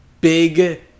big